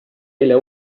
eile